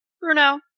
Bruno